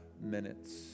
minutes